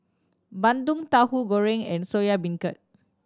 bandung Tauhu Goreng and Soya Beancurd